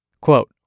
Quote